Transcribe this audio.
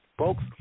Folks